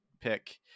pick